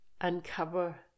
uncover